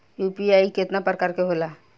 UPI केतना प्रकार के होला?